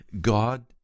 God